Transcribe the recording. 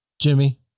Jimmy